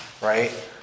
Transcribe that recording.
right